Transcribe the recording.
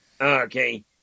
Okay